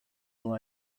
nur